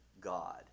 God